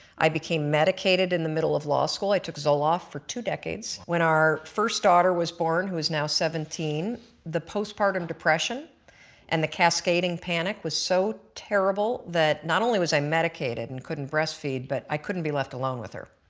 i became medicated in the middle of law school i took zoloft for two decades. when our first daughter was born who is now seventeen the postpartum and the cascading panic was so terrible that not only was i medicated and couldn't breast feed, but i couldn't be left alone with her.